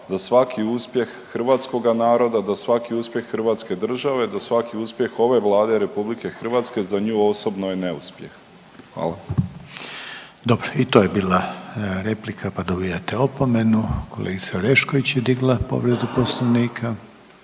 da svaki uspjeh hrvatskoga naroda, da svaki uspjeh hrvatske države, da svaki uspjeh ove Vlade RH za nju osobno je neuspjeh, hvala. **Reiner, Željko (HDZ)** Dobro, i to je bila replika, pa dobijate opomenu. Kolegica Orešković je digla povredu poslovnika.